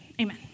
amen